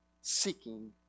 seeking